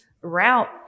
route